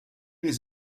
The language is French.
les